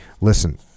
listen